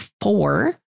four